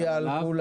נצביע על כולם.